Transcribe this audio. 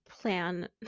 plan